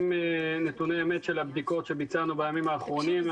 אמת של הבדיקות שביצענו בימים האחרונים.